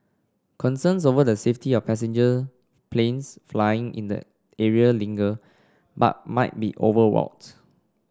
concerns over the safety of passenger planes flying in the area linger but might be overwrought